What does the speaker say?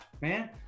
man